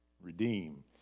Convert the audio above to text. Redeem